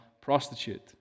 prostitute